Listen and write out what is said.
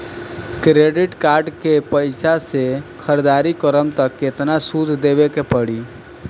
Credit card के पैसा से ख़रीदारी करम त केतना सूद देवे के पड़ी?